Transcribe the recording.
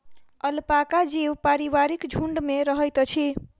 alpaca जीव पारिवारिक झुण्ड में रहैत अछि